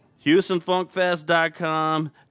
houstonfunkfest.com